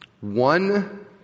One